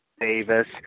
Davis